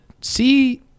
see